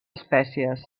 espècies